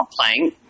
playing